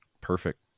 Perfect